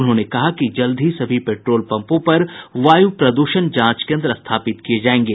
उन्होंने कहा कि जल्द ही सभी पेट्रोल पंपों पर वायु प्रद्षण जांच केन्द्र स्थापित किये जायेंगे